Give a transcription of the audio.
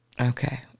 Okay